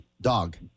dog